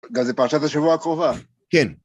זה פרשת השבוע הקרובה. כן.